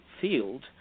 field